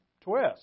twist